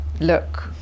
look